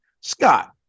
Scott